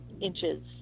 inches